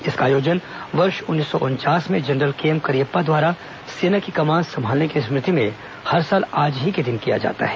इसका आयोजन वर्ष उन्नीस सौ उनचास में जनरल केएम करिअप्पा द्वारा सेना की कमान संभालने की स्मृति में हर साल आज ही के दिन किया जाता है